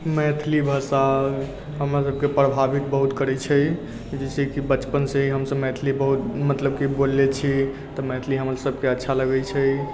मैथिली भाषा हमरा सबकेँ प्रभावित बहुत करै छै जैसे कि हमसब बचपन से ही मैथिली मतलब कि बोलले छी तऽ मैथिली हमरा सबकेँ अच्छा लागै छै